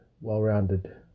well-rounded